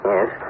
Yes